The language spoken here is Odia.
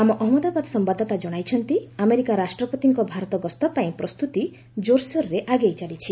ଆମ ହମ୍ମଦାବାଦ ସମ୍ଭାଦଦାତା ଜଣାଇଛନ୍ତି ଆମେରିକା ରାଷ୍ଟ୍ରପତିଙ୍କ ଭାରତ ଗସ୍ତ ପାଇଁ ପ୍ରସ୍ତୁତି ଜୋରସୋରରେ ଆଗେଇ ଚାଲିଛି